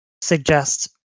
suggest